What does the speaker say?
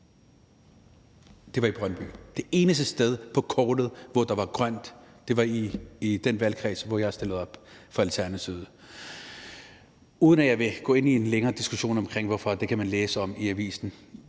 i Brøndby. Det eneste sted på kortet, hvor der var grønt, var i den valgkreds, hvor jeg stillede op for Alternativet. Uden at jeg vil gå ind i en længere diskussion omkring hvorfor – det kan man læse om i avisen